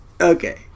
Okay